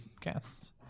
casts